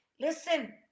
listen